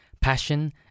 passion